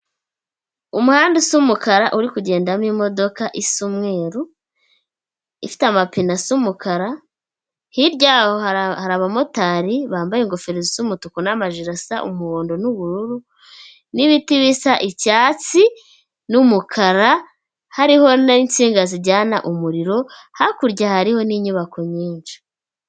Umuhanda usa umukara uri kugendamo imodoka isa umweru, ifite amapine asa umukara, hirya yaho hari abamotari bambaye ingofero z'umutuku, n'amaji asa umuhondo n'ubururu, n'ibiti bisa icyatsi n'umukara, hariho n'insinga zijyana umuriro, hakurya hari n'inyubako nyinshi.